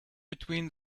between